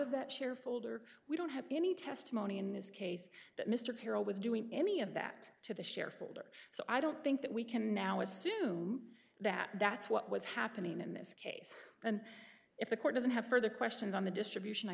of that share folder we don't have any testimony in this case that mr carroll was doing any of that to the share folder so i don't think that we can now assume that that's what was happening in this case and if the court doesn't have further questions on the distribution i